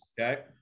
Okay